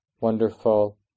wonderful